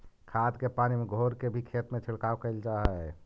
खाद के पानी में घोर के भी खेत में छिड़काव कयल जा हई